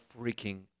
freaking